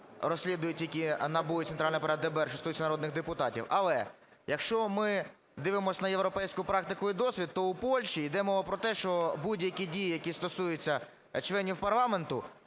розслідує тільки НАБУ і центральний апарат ДБР, що стосується народних депутатів. Але, якщо ми дивимося на європейську практику і досвід, то у Польщі йде мова про те, що будь-які дії, які стосуються членів парламенту,